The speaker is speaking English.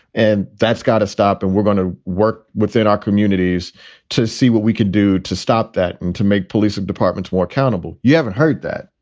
and that's got to stop. and we're going to work within our communities to see what we can do to stop that and to make police departments more accountable. you haven't heard that.